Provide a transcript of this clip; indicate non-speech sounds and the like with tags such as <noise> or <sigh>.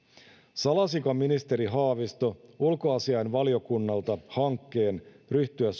salasiko ministeri haavisto ulkoasiainvaliokunnalta hankkeen ryhtyä <unintelligible>